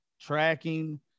tracking